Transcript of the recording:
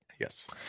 yes